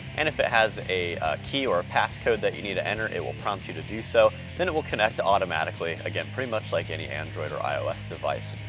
and if it has a key or a passcode that you need to enter, it will prompt you to do so. then it will connect automatically, again, pretty much like any android or ios device.